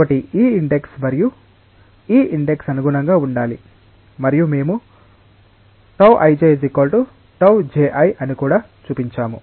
కాబట్టి ఈ ఇండెక్స్ మరియు ఈ ఇండెక్స్ అనుగుణంగా ఉండాలి మరియు మేము τ ij τ ji అని కూడా చూపించాము